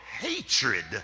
hatred